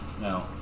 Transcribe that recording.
no